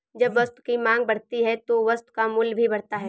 जब वस्तु की मांग बढ़ती है तो वस्तु का मूल्य भी बढ़ता है